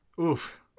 Oof